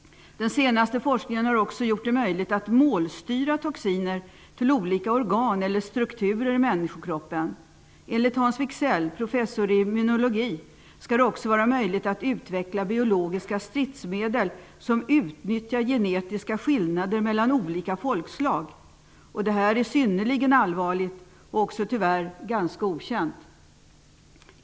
Den senaste forskningen har också gjort det möjligt att målstyra toxiner till olika organ eller strukturer i människokroppen. Enligt Hans Wigzell, professor i immunologi, skall det också vara möjligt att utveckla biologiska stridsmedel som utnyttjar genetiska skillnader mellan olika folkslag. Det är synnerligen allvarligt och även ganska okänt tyvärr.